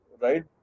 Right